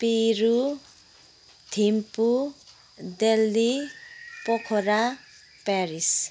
Peru Thimphu Delhi Pokhara Paris